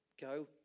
Go